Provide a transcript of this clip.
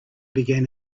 began